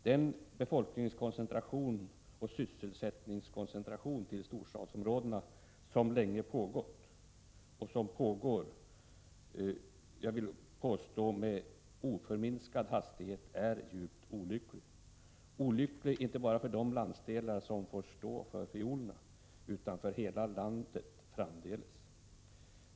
Den befolkningskoncentration och sysselsättningskoncentration till storstadsområdena som länge pågått och pågår med, vill jag påstå, oförminskad hastighet är djupt olycklig — olycklig inte bara för de landsdelar som får stå för fiolerna utan för hela landet framdeles.